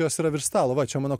jos yra virš stalo va čia mano